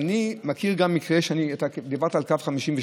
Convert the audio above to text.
אני מכיר גם מקרה, דיברת על קו 52,